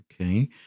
Okay